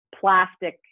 plastic